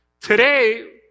today